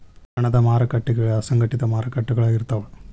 ಹಣದ ಮಾರಕಟ್ಟಿಗಳ ಅಸಂಘಟಿತ ಮಾರಕಟ್ಟಿಗಳಾಗಿರ್ತಾವ